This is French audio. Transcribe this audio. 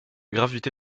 gravité